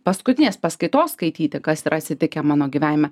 paskutinės paskaitos skaityti kas yra atsitikę mano gyvenime